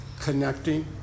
connecting